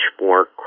more